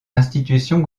institutions